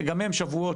גם יום הזיכרון.